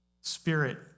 spirit